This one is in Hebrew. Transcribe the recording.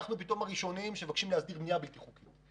או אנחנו פתאום הראשונים שמבקשים להסדיר בנייה בלתי חוקית.